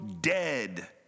dead